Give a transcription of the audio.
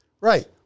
Right